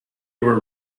were